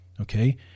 Okay